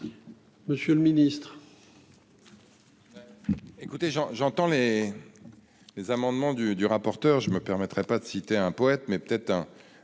Monsieur le ministre,